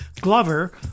Glover